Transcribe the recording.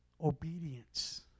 Obedience